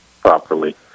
properly